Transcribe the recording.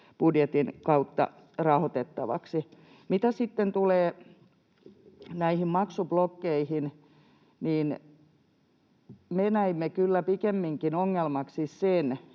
budjetin kautta rahoitettavaksi. Mitä sitten tulee maksublokkeihin, niin me näimme kyllä pikemminkin ongelmaksi sen,